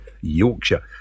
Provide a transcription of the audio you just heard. yorkshire